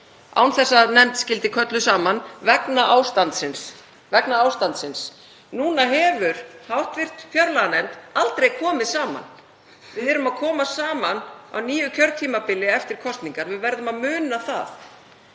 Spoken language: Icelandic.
án þess að nefndin skyldi kölluð saman vegna ástandsins. Núna hefur hv. fjárlaganefnd aldrei komið saman. Við þurfum að koma saman á nýju kjörtímabili eftir kosningar. Við verðum að muna það.